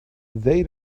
they